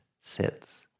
sits